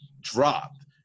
dropped